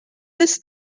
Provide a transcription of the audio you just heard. this